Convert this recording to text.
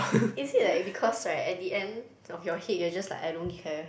is it like because right at the end of your head you're just like I don't care